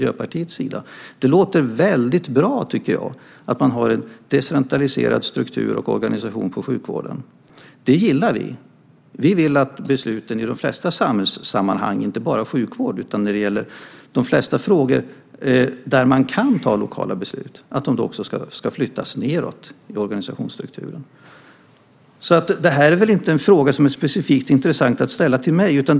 Jag tycker att det låter väldigt bra med en decentraliserad struktur och organisation i sjukvården. Vi gillar det. Vi vill att beslut i de flesta samhällssammanhang, inte bara när det gäller sjukvård utan i de flesta frågor där man kan fatta beslut lokalt, ska flyttas nedåt i organisationsstrukturen. Det här är väl inte en fråga som det är intressant att ställa specifikt till mig.